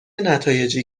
نتایجی